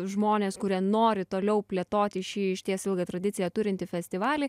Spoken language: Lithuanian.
žmonės kurie nori toliau plėtoti šį išties ilgą tradiciją turintį festivalį